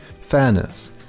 fairness